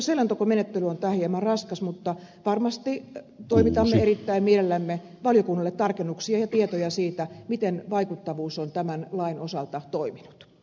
ehkä selontekomenettely on tähän hieman raskas mutta varmasti toimitamme erittäin mielellämme valiokunnalle tarkennuksia ja tietoja siitä miten vaikuttavuus on tämän lain osalta toimii